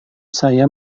saya